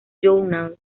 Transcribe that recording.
journal